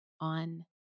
on